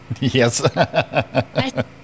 Yes